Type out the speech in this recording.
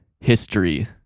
history